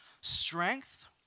strength